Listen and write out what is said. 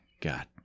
God